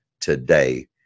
today